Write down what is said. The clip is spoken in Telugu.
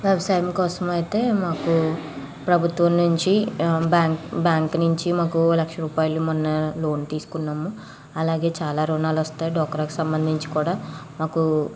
వ్యవసాయం కోసం అయితే మాకు ప్రభుత్వం నుంచి బ్యాంక్ బ్యాంక్ నుంచి మాకు లక్ష రూపాయలు మొన్న లోన్ తీసుకున్నాము అలాగే చాలా రుణాలు వస్తాయి డ్వాక్రాకి సంబంధించి కూడా మాకు